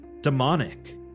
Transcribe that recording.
demonic